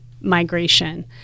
migration